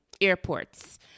airports